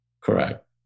Correct